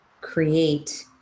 create